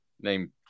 name